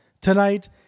Tonight